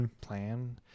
plan